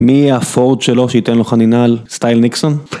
מי הפורט שלו שייתן לו חנינה על סטייל ניקסון.